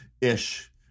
ish